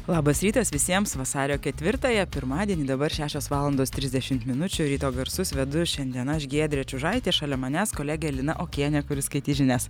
labas rytas visiems vasario ketvirtąją pirmadienį dabar šešios valandos trisdešimt minučių ryto garsus vedu šiandien aš giedrė čiužaitė šalia manęs kolegė lina okienė kuris skaitys žinias